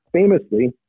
Famously